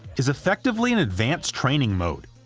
is effectively an advanced training mode,